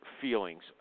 feelings